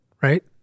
right